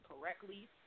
correctly